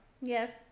yes